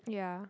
yeah